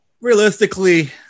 realistically